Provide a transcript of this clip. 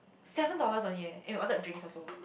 seven dollars only leh and we ordered drinks also